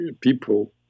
people